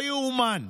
לא יאומן.